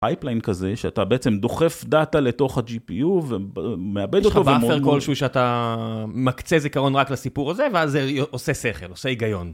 פייפליין כזה, שאתה בעצם דוחף דאטה לתוך ה-GPU ומעבד אותו יש לך באפר כלשהו שאתה מקצה זיכרון רק לסיפור הזה, ואז זה עושה שכל, עושה היגיון.